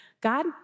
God